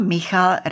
Michal